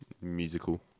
musical